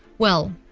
well,